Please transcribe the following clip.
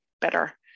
better